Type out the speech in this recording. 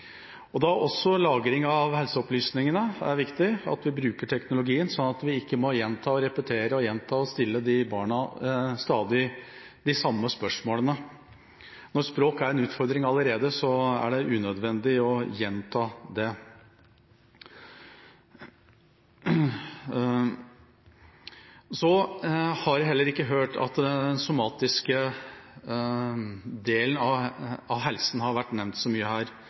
Lagring av helseopplysninger er viktig, og det er viktig at vi bruker teknologien slik at vi ikke stadig må gjenta og repetere og stille barna de samme spørsmålene. Når språk er en utfordring allerede, er det unødvendig å gjenta det. Jeg har heller ikke hørt at den somatiske delen av helsen har vært nevnt så mye her.